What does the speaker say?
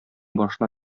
башына